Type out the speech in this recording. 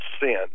sin